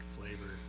flavor